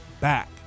back